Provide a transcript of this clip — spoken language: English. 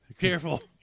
careful